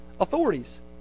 authorities